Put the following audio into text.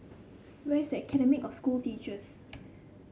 where is Academy of School Teachers